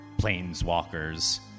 planeswalkers